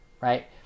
right